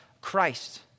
Christ